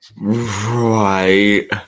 Right